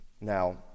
Now